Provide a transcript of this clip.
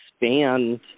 expand